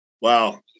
Wow